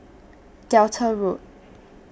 Delta Road